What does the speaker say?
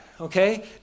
okay